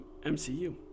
mcu